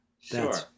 sure